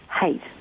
hate